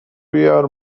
بیار